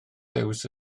ddewis